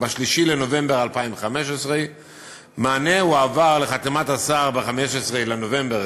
ב-3 בנובמבר 2015. מענה הועבר לחתימת השר ב-15 בנובמבר.